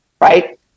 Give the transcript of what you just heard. right